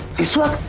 a sword.